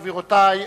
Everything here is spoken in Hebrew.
גבירותי,